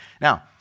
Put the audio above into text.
Now